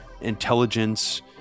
intelligence